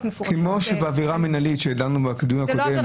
--- כמו בעבירה המינהלית שדנו בדיון הקודם,